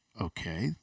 okay